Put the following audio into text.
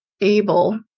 able